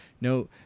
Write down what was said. no